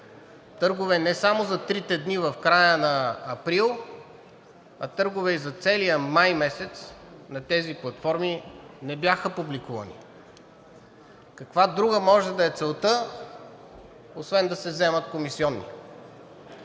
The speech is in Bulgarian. Търгове не само за трите дена в края на април, а търгове и за целия месец май на тези платформи не бяха публикувани. Каква друга може да е целта, освен да се вземат комисиони?